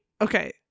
okay